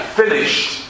finished